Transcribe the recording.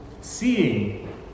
Seeing